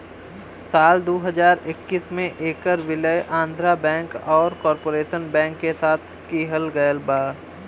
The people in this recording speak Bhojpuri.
साल दू हज़ार इक्कीस में ऐकर विलय आंध्रा बैंक आउर कॉर्पोरेशन बैंक के साथ किहल गयल रहल